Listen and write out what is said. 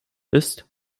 ist